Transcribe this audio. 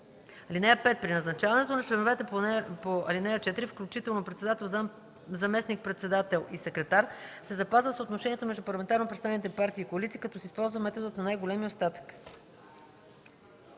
членове. (5) При назначаването на членовете по ал. 4, включително председател, заместник-председател и секретар, се запазва съотношението между парламентарно представените партии и коалиции, като се използва методът на най-големия остатък.